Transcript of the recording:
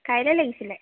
কাইলৈ লাগিছিলে